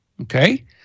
okay